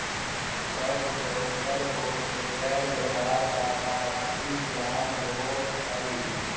stock broker को share बाजार का काफी ज्ञान हो हई